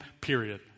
period